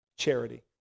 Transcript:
Charity